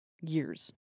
years